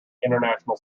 international